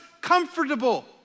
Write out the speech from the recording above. comfortable